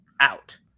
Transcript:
out